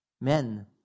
Men